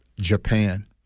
Japan